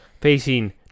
facing